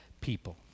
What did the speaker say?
people